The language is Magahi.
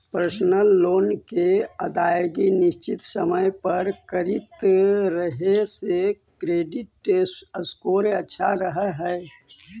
पर्सनल लोन के अदायगी निश्चित समय पर करित रहे से क्रेडिट स्कोर अच्छा रहऽ हइ